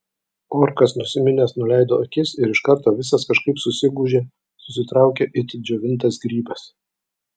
orkas nusiminęs nuleido akis ir iš karto visas kažkaip susigūžė susitraukė it džiovintas grybas